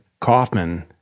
Kaufman